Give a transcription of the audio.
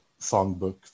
songbook